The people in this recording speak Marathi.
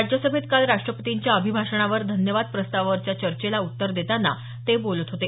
राज्यसभेत काल राष्ट्रपतींच्या अभिभाषणावर धन्यवाद प्रस्तावावरच्या चर्चेला उत्तर देताना ते बोलत होते